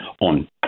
on